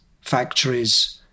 factories